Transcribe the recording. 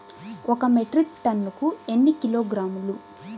ఒక మెట్రిక్ టన్నుకు ఎన్ని కిలోగ్రాములు?